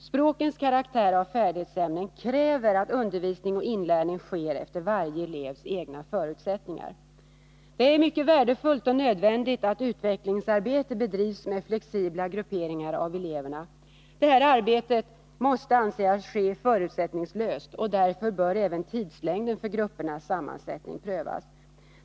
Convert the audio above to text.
Språkens karaktär av färdighetsämnen kräver att undervisning och inlärning sker efter varje elevs egna förutsättningar. Det är mycket värdefullt och nödvändigt att utvecklingsarbete bedrivs med flexibla grupperingar av eleverna. Detta arbete måste ske förutsättningslöst, och därför bör även tidslängden för gruppernas sammansättning prövas.